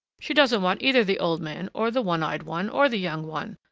she doesn't want either the old man or the one-eyed one or the young one,